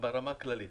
ברמה הכללית.